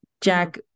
Jack